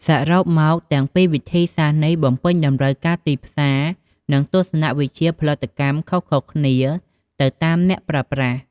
សរុបមក ទាំងពីរវិធីសាស្ត្រនេះបំពេញតម្រូវការទីផ្សារ និងទស្សនវិជ្ជាផលិតកម្មខុសៗគ្នាទៅតាមអ្នកប្រើប្រាស់។